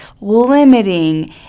limiting